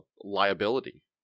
liability